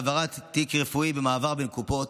העברת תיק רפואי במעבר בין קופות).